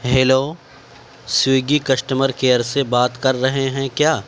hello Swiggy customer care سے بات کر رہے ہیں کیا